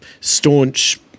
staunch